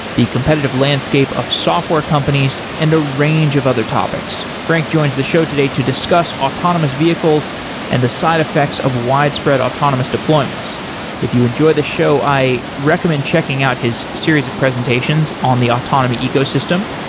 the competitive landscape of software companies and a range of other topics. frank joins the show today to discuss autonomous vehicles and the side effects of widespread autonomous deployments if you enjoy the show, i recommend checking out his series of presentations on the autonomy ecosystem.